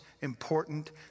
important